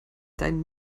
deinen